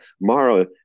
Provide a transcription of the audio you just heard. Mara